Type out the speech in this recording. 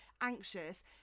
anxious